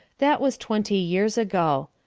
that was twenty years ago.